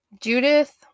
Judith